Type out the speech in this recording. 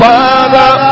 Father